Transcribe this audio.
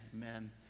Amen